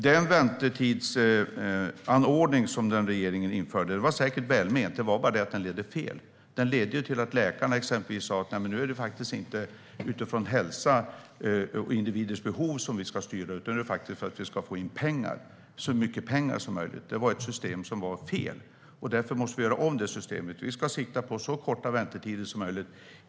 Den väntetidsanordning som den tidigare regeringen införde var säkert välment, men den ledde fel. Den ledde till att läkarna sa att det inte är utifrån hälsa och individens behov som de ska styra, utan det är för att få in så mycket pengar som möjligt. Det var ett felaktigt system. Därför måste systemet göras om. Vi ska sikta på så korta väntetider som möjligt.